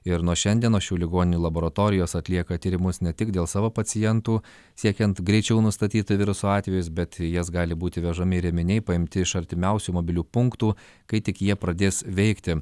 ir nuo šiandienos šių ligoninių laboratorijos atlieka tyrimus ne tik dėl savo pacientų siekiant greičiau nustatyti viruso atvejus bet į jas gali būti vežami ir ėminiai paimti iš artimiausių mobilių punktų kai tik jie pradės veikti